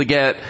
get